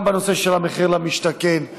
גם בנושא של מחיר למשתכן,